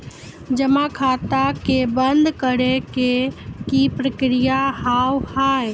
जमा खाता के बंद करे के की प्रक्रिया हाव हाय?